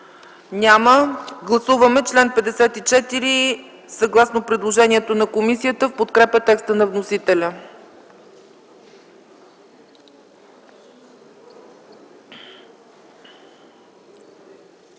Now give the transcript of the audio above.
Няма. Гласуваме чл. 54 съгласно предложението на комисията в подкрепа текста на вносителя.